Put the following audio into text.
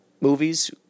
movies